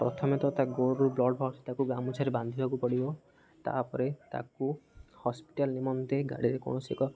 ପ୍ରଥମତଃ ତା ଗୋଡ଼ରୁ ବ୍ଲଡ଼୍ ବାହାରୁଛି ତାକୁ ଗାମୁଛାରେ ବାନ୍ଧିବାକୁ ପଡ଼ିବ ତାପରେ ତାକୁ ହସ୍ପିଟାଲ୍ ନିମନ୍ତେ ଗାଡ଼ିରେ କୌଣସି ଏକ